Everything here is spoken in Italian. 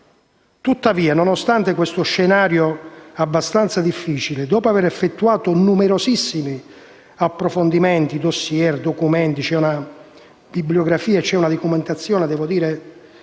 Tuttavia, nonostante lo scenario abbastanza difficile, dopo aver effettuato numerosissimi approfondimenti, con*dossier* e documenti (vi è una bibliografia e una documentazione